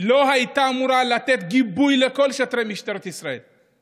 לא הייתה אמורה לתת גיבוי לכל שוטרי משטרת ישראל?